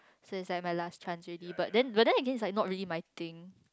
so is like my last chance already but then but then again it's like not really my thing